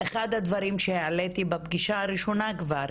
אחד הדברים שהעליתי בפגישה הראשונה כבר,